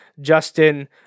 Justin